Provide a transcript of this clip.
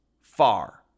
far